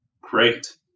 Great